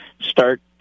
start